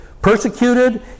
Persecuted